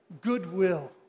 goodwill